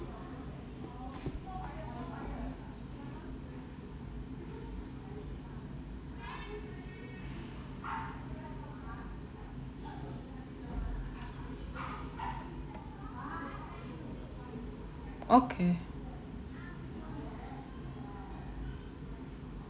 okay